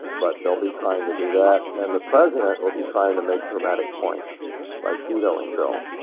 but they'll be trying to do that, and the president will be trying to make dramatic points by vetoing bills.